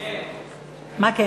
על כן,